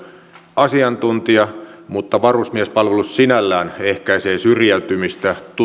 asiantuntija mutta varusmiespalvelus sinällään ehkäisee syrjäytymistä